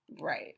right